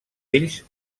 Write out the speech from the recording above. ells